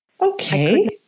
Okay